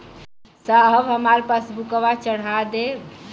साहब हमार पासबुकवा चढ़ा देब?